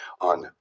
on